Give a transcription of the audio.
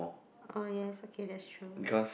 uh yes okay that's true